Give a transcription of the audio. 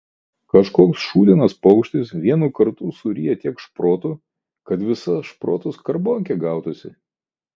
kažkoks šūdinas paukštis vienu kartu suryja tiek šprotų kad visa šprotų skarbonkė gautųsi